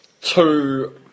two